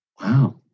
Wow